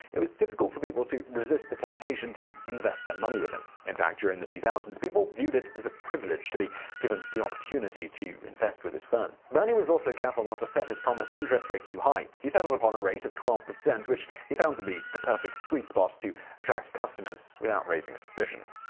it was difficult for people to resist the temptation to invest their money with him. in fact, during and the two thousand s people viewed it as a privilege to be given the opportunity to invest with his firm. bernie was also careful not to set his promised interest rate too high. he settled upon a rate of twelve percent which he found to be the perfect sweet spot to attract customers without raising suspicion.